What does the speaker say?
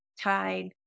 Tide